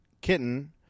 kitten